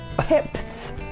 Tips